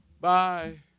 Bye